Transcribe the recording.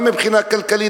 גם מבחינה כלכלית,